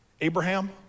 Abraham